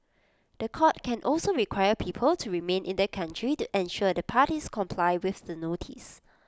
The Court can also require people to remain in the country to ensure the parties comply with the notice